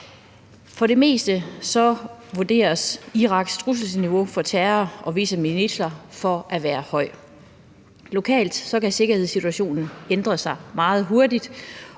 For det meste vurderes Iraks trusselsniveau i forhold til terror og visse militser at være højt. Lokalt kan sikkerhedssituationen ændre sig meget hurtigt,